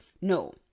No